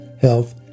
health